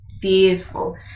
Beautiful